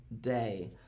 Day